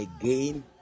again